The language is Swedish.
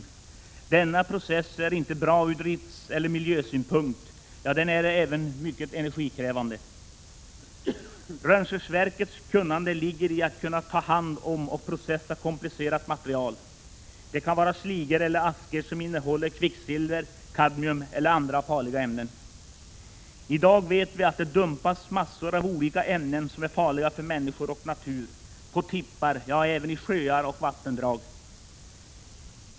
Processen vid verket är inte bra ur driftseller miljösynpunkt. Den är också mycket energikrävande. Rönnskärsverkens kunnande ligger i att ta hand om och processa komplicerade material. Det kan vara sliger eller askor som innehåller kvicksilver, kadmium eller andra farliga ämnen. I dag vet vi att det dumpas mängder av olika ämnen som är farliga för människor och natur på tippar och även i sjöar och andra vattendrag.